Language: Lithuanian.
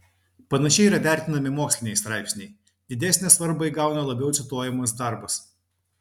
panašiai yra vertinami moksliniai straipsniai didesnę svarbą įgauna labiau cituojamas darbas